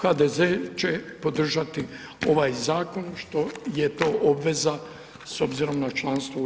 HZD će podržati ovaj zakon što je to obveza s obzirom na članstvo u EU.